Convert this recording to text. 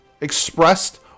expressed